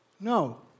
No